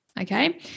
Okay